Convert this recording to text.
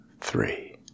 Three